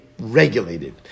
regulated